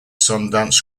sundance